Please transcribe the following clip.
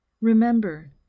Remember